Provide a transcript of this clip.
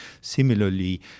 Similarly